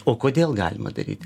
o kodėl galima daryt